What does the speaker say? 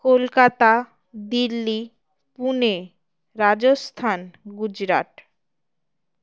Kolkata Delhi Pune Rajasthan Gujarat